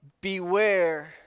Beware